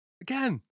Again